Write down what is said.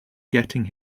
getting